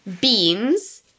beans